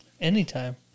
Anytime